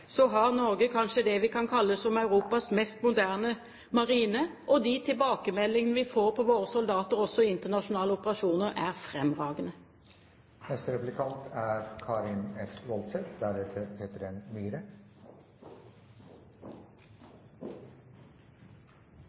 har Norge kanskje det vi kan kalle Europas mest moderne marine. Og de tilbakemeldingene vi får om våre soldater, også i internasjonale operasjoner, er